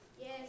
Yes